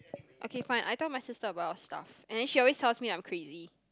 okay fine I tell my sister a lot of stuff and then she always tell me that I'm crazy